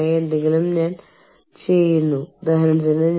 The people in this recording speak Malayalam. യാത്രാ ചെലവ് ഇതിനകം ഉൾപ്പെടുത്തിട്ടുണ്ട്